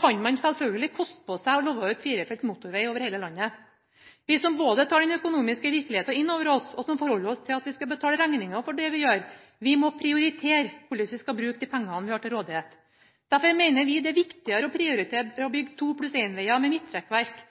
kan man selvfølgelig koste på seg å love firefelts motorveg over hele landet. Vi som både tar den økonomiske virkeligheten innover oss, og som forholder oss til at vi skal betale regninger for det vi gjør, vi må prioritere hvordan vi skal bruke de pengene vi har til rådighet. Derfor mener vi det er viktigere å prioritere å bygge 2+1-veger med midtrekkverk og tofeltsveger med forbikjøringsfelt med midtrekkverk.